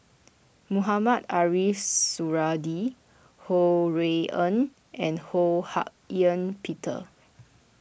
Mohamed Ariff Suradi Ho Rui An and Ho Hak Ean Peter